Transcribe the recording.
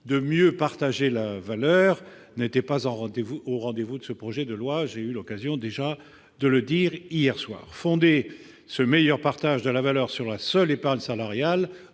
de « mieux partager la valeur » n'était pas au rendez-vous de ce projet de loi- j'ai déjà eu l'occasion de le dire hier soir. Fonder ce meilleur partage de la valeur sur la seule épargne salariale